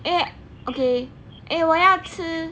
eh okay eh 我要吃